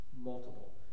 multiple